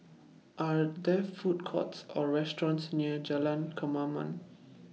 Are There Food Courts Or restaurants near Jalan Kemaman